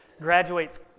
graduates